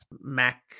Mac